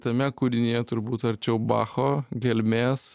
tame kūrinyje turbūt arčiau bacho gelmės